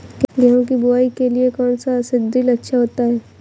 गेहूँ की बुवाई के लिए कौन सा सीद्रिल अच्छा होता है?